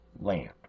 land